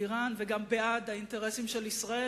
אירן וגם בעד האינטרסים של ישראל,